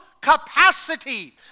capacity